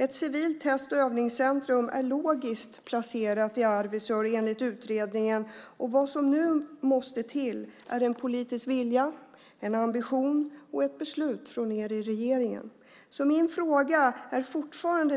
Ett civilt test och övningscentrum är logiskt att placera i Arvidsjaur enligt utredningen, och vad som nu måste till är en politisk vilja, en ambition och ett beslut från er i regeringen. Min fråga